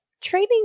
training